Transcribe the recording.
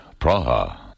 Praha